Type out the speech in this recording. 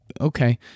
okay